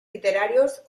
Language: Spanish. literarios